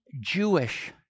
Jewish